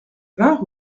vingt